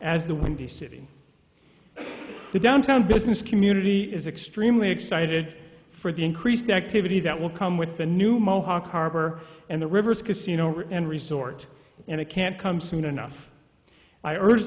as the windy city the downtown business community is extremely excited for the increased activity that will come with the new mohawk harbor and the rivers casino and resort and it can't come soon enough i urge